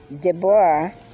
Deborah